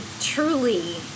truly